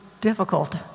difficult